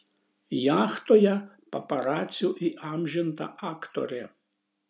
jachtoje paparacių įamžinta aktorė